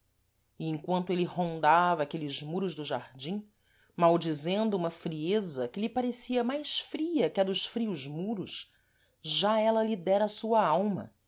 emquanto êle rondava aqueles muros do jardim maldizendo uma frieza que lhe parecia mais fria que a dos frios muros já ela lhe dera a sua alma